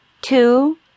Two